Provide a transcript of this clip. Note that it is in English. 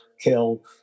kill